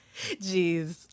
jeez